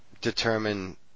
determine